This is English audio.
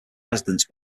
residence